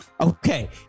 Okay